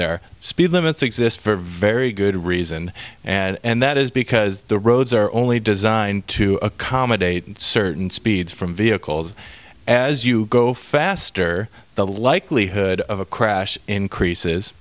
there speed limits exist for very good reason and that is because the roads are only designed to accommodate a certain speed from vehicles as you go faster the likelihood of a crash increases